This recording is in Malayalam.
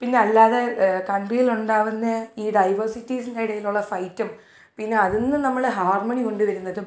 പിന്നല്ലാതെ ണ്ടാവുന്ന ഈ ഡൈവേഴ്സിറ്റിസിന്റെടയിലുള്ള ഫൈറ്റും പിന്നെ അതിൽ നിന്ന് നമ്മൾ ഹാർമണി കൊണ്ടു വരുന്നതും